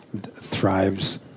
thrives